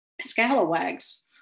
Scalawags